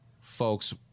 folks